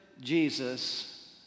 Jesus